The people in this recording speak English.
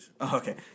Okay